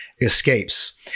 escapes